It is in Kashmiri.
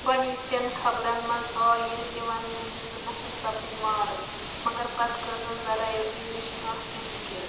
گۄڈٕنِچن خبرن منٛز آے یہِ تہِ ونٛنہٕ زِ زٕ نَفر سَپٕدۍ مارٕ مگر پتہٕ کٔر نہٕ ذَرایعو اَمِچ کانٛہہ تہِ ذِکِر